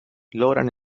logran